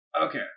Okay